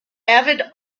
avid